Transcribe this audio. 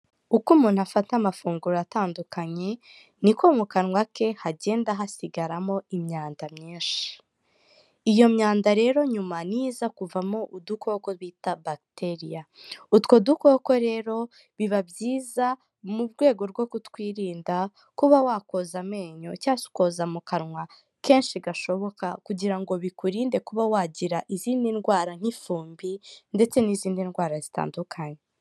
Uko umuntu afata amafunguro atandukanye, niko mu kanwa ke hagenda hasigaramo imyanda myinshi, iyo myanda rero nyuma niyo iza kuvamo udukoko bita bagiteriya, utwo dukoko rero biba byiza mu rwego rwo kutwirinda, kuba wakoza amenyo cyangwa se ukoza mu kanwa kenshi gashoboka, kugira ngo bikurinde kuba wagira izindi ndwara nk'ifumbi ndetse n'izindi ndwara zitandukanye.